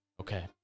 Okay